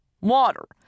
Water